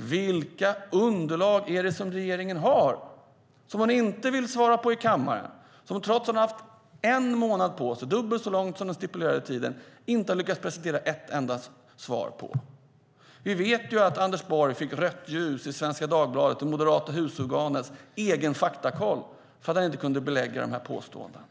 Vilka underlag är det regeringen har som man inte vill svara på frågor om i kammaren? Trots att man har haft en månad på sig, dubbelt så långt som den stipulerade tiden, har man inte lyckats presentera ett enda svar på det. Vi vet att Anders Borg fick rött ljus i Svenska Dagbladet i det moderata husorganets egen faktakoll för att han inte kunde belägga påståendena.